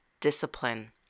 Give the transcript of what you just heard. discipline